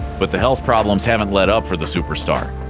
but the health problems haven't let up for the superstar.